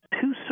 two